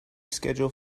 schedule